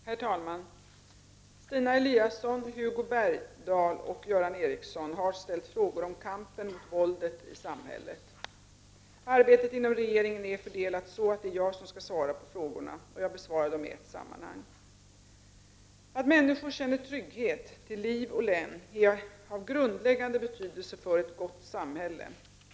Herr talman! Stina Eliasson, Hugo Bergdahl och Göran Ericsson har ställt frågor om kampen mot våldet i samhället. Arbetet inom regeringen är fördelat så att det är jag som skall svara på frågorna. Jag besvarar dem i ett sammanhang. Att människor känner trygghet till liv och lem är av grundläggande betydelse för ett gott samhälle.